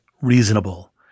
reasonable